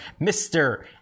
Mr